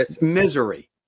misery